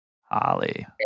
Holly